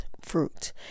fruit